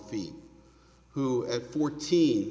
feet who at fourteen